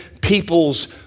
peoples